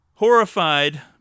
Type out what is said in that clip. Horrified